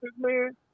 man